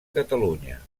catalunya